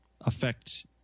affect